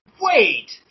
wait